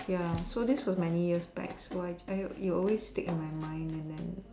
ya so this was many years back why I it's always stick on my mind and then